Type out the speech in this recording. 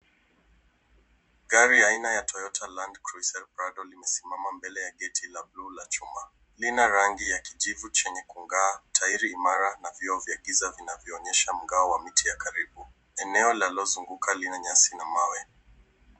Gari aina ya Toyota Landcruiser Prado limesimama mbele ya geti la buluu la chuma. Lina rangi ya kijivu chenye kung'aa, tairi imara na vioo vya giza vinavyoonyesha mgawo wa miti ya karibu. Eneo linalozunguka lina nyasi na mawe.